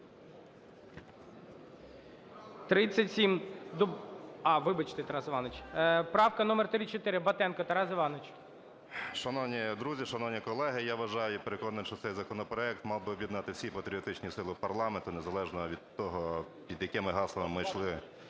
Шановні друзі! Шановні колеги! Я вважаю, і переконаний, що цей законопроект мав би об'єднати всі патріотичні сили парламенту, незалежно від того, під якими гаслами йшли